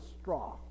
straw